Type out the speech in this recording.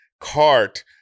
cart